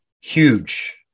huge